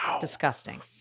Disgusting